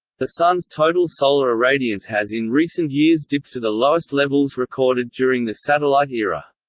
the sun's total solar irradiance has in recent years dipped to the lowest levels recorded during the satellite era.